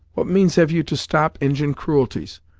what means have you to stop injin cruelties,